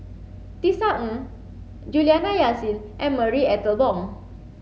Tisa Ng Juliana Yasin and Marie Ethel Bong